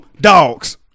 dogs